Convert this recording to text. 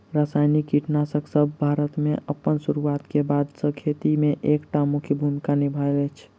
रासायनिक कीटनासकसब भारत मे अप्पन सुरुआत क बाद सँ खेती मे एक टा मुख्य भूमिका निभायल अछि